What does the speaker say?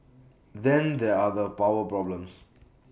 then there are the power problems